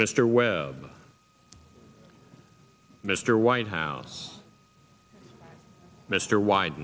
mr webb mr white house mr wyde